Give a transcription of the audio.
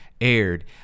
aired